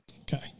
okay